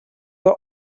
were